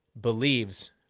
believes